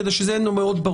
כדי שזה יהיה ברור,